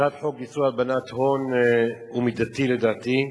הצעת חוק איסור הלבנת הון היא מידתית לדעתי,